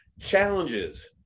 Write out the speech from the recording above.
challenges